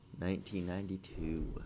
1992